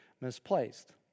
misplaced